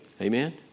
Amen